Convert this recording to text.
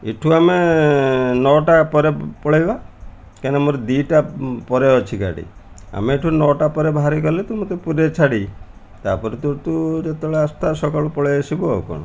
ଏଇଠୁ ଆମେ ନଅଟା ପରେ ପଳାଇବା କାହିଁକିନା ମୋର ଦୁଇଟା ପରେ ଅଛି ଗାଡ଼ି ଆମେ ଏଇଠୁ ନଅଟା ପରେ ବାହାରି ଗଲେ ତୁ ମୋତେ ପୁରୀରେ ଛାଡ଼ି ତା'ପରେ ତୁ ତୁ ଯେତେବେଳେ ଆସୁଥା ସକାଳୁ ପଳାଇ ଆସିବୁ ଆଉ କ'ଣ